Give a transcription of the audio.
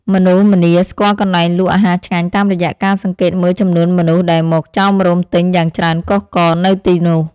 មនុស្សម្នាស្គាល់កន្លែងលក់អាហារឆ្ងាញ់តាមរយៈការសង្កេតមើលចំនួនមនុស្សដែលមកចោមរោមទិញយ៉ាងច្រើនកុះករនៅទីនោះ។